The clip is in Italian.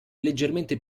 leggermente